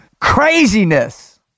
craziness